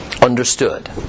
understood